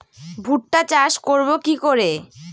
ভুট্টা চাষ করব কি করে?